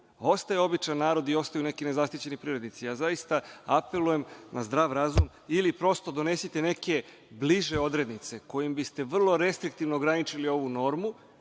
Ostaje običan narod i ostaju neki nezaštićeni privrednici. Zaista apelujem na zdrav razum ili prosto donesite neke bliže odrednice kojim biste vrlo restriktivno ograničili ovu normu